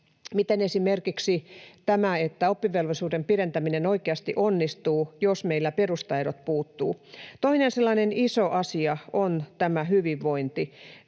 miten esimerkiksi tämä, että oppivelvollisuuden pidentäminen oikeasti onnistuu, jos meillä perustaidot puuttuvat? Toinen sellainen iso asia on tämä hyvinvointi.